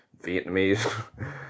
Vietnamese